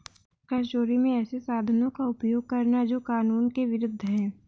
कर चोरी में ऐसे साधनों का उपयोग करना जो कानून के विरूद्ध है